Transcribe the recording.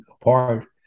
apart